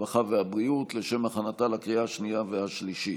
הרווחה והבריאות לשם הכנתה לקריאה השנייה והשלישית.